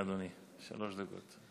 בבקשה, אדוני, שלוש דקות.